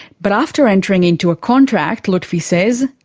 but after entering into a contract, lutfi says,